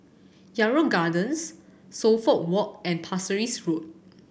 Yarrow Gardens Suffolk Walk and Pasir Ris Road